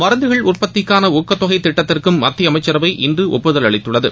மருந்துகள் உற்பத்திக்னன ஊக்கத்தொகை திட்டத்திற்கும் மத்திய அமைச்சரவை இன்று ஒப்புதல் அளித்துள்ளது